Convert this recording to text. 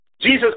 Jesus